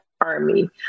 army